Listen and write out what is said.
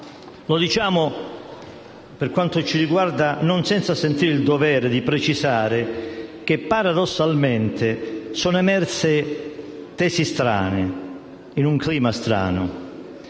Lo diciamo, per quanto ci riguarda, non senza sentire il dovere di precisare che paradossalmente sono emerse tesi strane, in un clima strano: